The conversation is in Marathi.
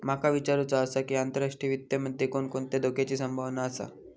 माका विचारुचा आसा की, आंतरराष्ट्रीय वित्त मध्ये कोणकोणत्या धोक्याची संभावना आसा?